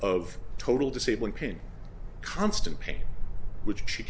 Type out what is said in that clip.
of total disabling pain constant pain which she